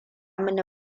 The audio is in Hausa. mini